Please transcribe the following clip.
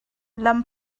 lam